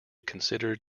considered